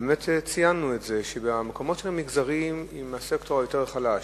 באמת ציינו את זה שבמקומות שבהם המגזרים היותר חלשים,